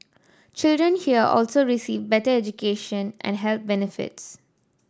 children here also receive better education and health benefits